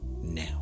now